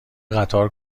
قطار